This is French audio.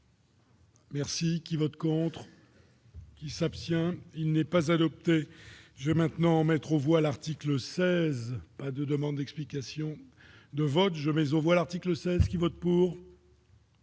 Merci qui vote contre. Qui s'abstient, il n'est pas adopté, j'ai maintenant mettre au voilà le 16 pas de demandes d'explications de vote jamais on voit l'article 16 qui vote pour.